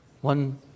One